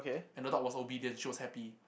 and the dog was obedient she was happy